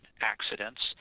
accidents